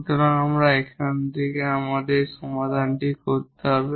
সুতরাং এখন আমাদের এই সমীকরণটি সমাধান করতে হবে